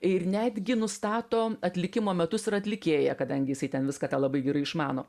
ir netgi nustato atlikimo metus ir atlikėją kadangi jisai ten viską tą labai gerai išmano